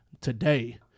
Today